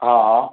हा हा